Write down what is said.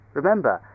Remember